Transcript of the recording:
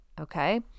okay